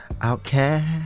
Outcast